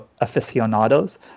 aficionados